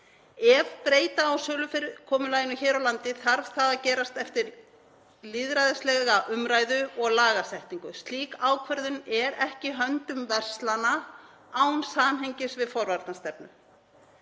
Ef breyta á sölufyrirkomulaginu hér á landi þarf það að gerast eftir lýðræðislega umræðu og lagasetningu. Slík ákvörðun er ekki í höndum verslana án samhengis við forvarnastefnu.